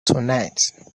tonight